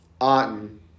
Otten